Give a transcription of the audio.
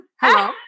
Hello